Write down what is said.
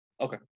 Okay